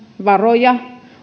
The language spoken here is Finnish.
varoja